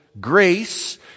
grace